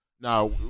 Now